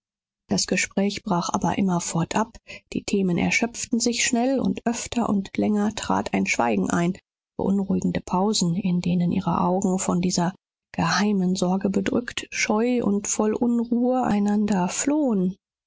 das gespräch brach aber immerfort ab die themen erschöpften sich schnell und öfter und länger trat ein schweigen ein beunruhigende pausen in denen ihre augen von dieser geheimen sorge bedrückt scheu und voll unruhe einander flohen